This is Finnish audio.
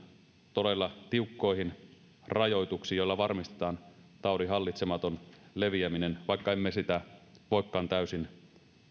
todella tiukkoihin rajoituksiin joilla varmistetaan taudin hallitsematon leviäminen vaikka emme sitä voikaan täysin